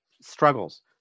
struggles